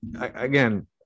again